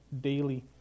daily